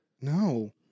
No